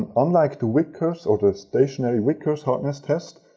um unlike the vickers, or the stationary vickers hardness test,